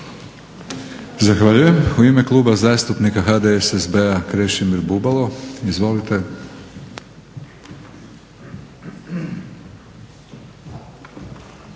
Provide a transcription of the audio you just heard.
Zahvaljujem. U ime Kluba zastupnika HDSSB-a Krešimir Bubalo, izvolite.